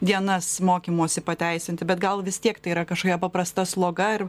dienas mokymosi pateisinti bet gal vis tiek tai yra kažkokia paprasta sloga ir